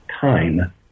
time